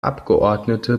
abgeordnete